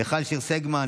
מיכל שיר סגמן,